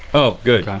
oh good.